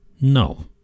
No